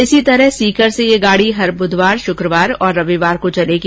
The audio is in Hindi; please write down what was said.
इसी तरह सीकर से ये गाडी हर बुधवार शुक्रवार और रविवार को चलेगी